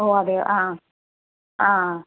ഓ അതെയോ ആ ആ ആ ആ